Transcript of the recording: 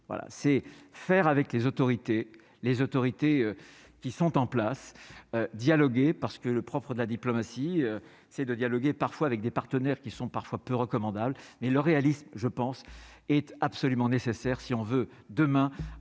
c'est faire avec les autorités, les autorités qui sont en place, dialoguer parce que le propre de la diplomatie c'est de dialoguer, parfois avec des partenaires qui sont parfois peu recommandables, mais le réalisme, je pense être absolument nécessaire si on veut demain